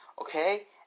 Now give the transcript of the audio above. Okay